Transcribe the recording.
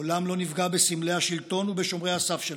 לעולם לא נפגע בסמלי השלטון ובשומרי הסף שלנו,